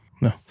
no